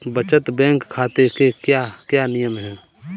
बचत बैंक खाते के क्या क्या नियम हैं?